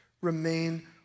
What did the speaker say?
remain